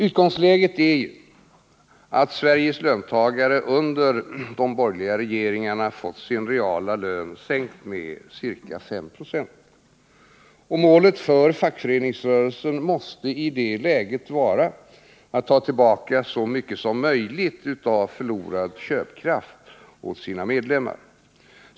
Utgångsläget är att Sveriges löntagare under de borgerliga regeringarna har fått sin reala lön sänkt med ca 5 96. Målet för fackföreningsrörelsen måste i det läget vara att ta tillbaka så mycket som möjligt av förlorad köpkraft åt sina medlemmar.